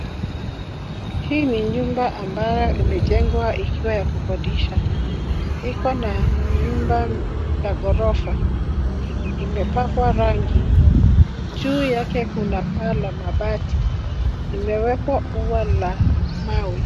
Hii ni nyumba ambayo imejengwa ikiwa ya kukodisha. Ikona nyumba ya gorofa. Imepakwa rangi. Juu yake kuna paa la mabati. Imewekwa ua la mawe.